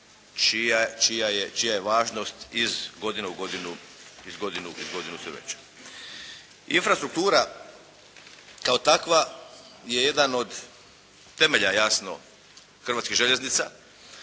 čija je važnost iz godine u godinu sve veća. Infrastruktura kao takva je jedan od temelja jasno Hrvatskih željeznica.